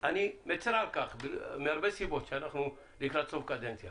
שאני מצר על כך - מהרבה סיבות שאנחנו לקראת סוף קדנציה